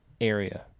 area